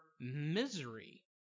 misery